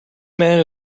man